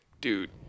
dude